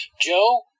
Joe